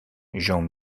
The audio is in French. jean